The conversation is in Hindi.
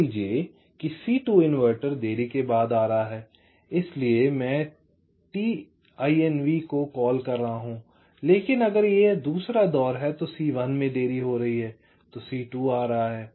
मान लीजिए कि C2 इन्वर्टर देरी के बाद आ रहा है इसलिए मैं t inv को कॉल कर रहा हूं लेकिन अगर यह दूसरा दौर है तो C1 में देरी हो रही है तो C2 आ रहा है